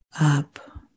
up